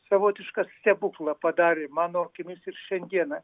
savotišką stebuklą padarė mano akimis ir šiandieną